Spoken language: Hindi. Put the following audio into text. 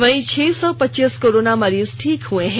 वहीं छह सौ पच्चीस कोरोना मरीज ठीक हुए हैं